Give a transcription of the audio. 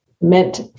meant